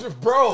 Bro